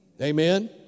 Amen